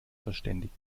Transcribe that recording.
verständigt